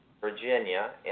Virginia